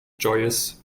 joyous